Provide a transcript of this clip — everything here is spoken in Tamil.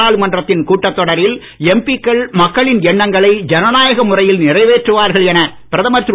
நாடாளுமன்றத்தின் கூட்டத் தொடரில் எம்பிக்கள் மக்களின் எண்ணங்களை ஜனநாயக முறையில் நிறைவேற்றுவார்கள் என பிரதமர் திரு